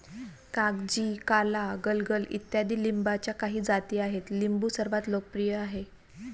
कागजी, काला, गलगल इत्यादी लिंबाच्या काही जाती आहेत लिंबू सर्वात लोकप्रिय आहे